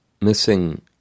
missing